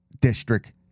district